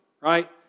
right